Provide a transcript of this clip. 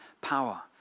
power